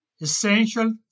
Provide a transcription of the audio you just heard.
essential